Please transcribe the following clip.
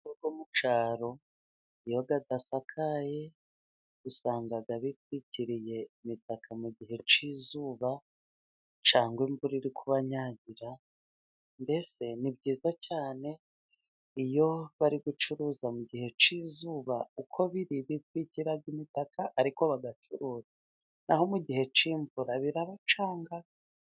Amasoko yo mu cyaro iyo adasakaye, usanga bitwikiriye imitaka mu gihe cy'izuba, cyangwa imvura iri kubanyagira, mbese ni byiza cyane iyo bari gucuruza mu gihe cy'izuba, uko biri bitwikira imitaka ariko bagacurura. Naho mu gihe cy'imvura birabacanga.